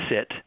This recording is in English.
sit